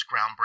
groundbreaking